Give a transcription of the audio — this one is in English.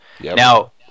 Now